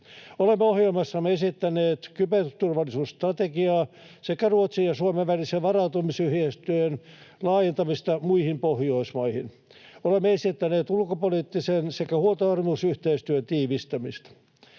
Olemme ohjelmassamme esittäneet kyberturvallisuusstrategiaa sekä Ruotsin ja Suomen välisen varautumisyhteistyön laajentamista muihin Pohjoismaihin. Olemme esittäneet ulkopoliittisen sekä huoltovarmuusyhteistyön tiivistämistä.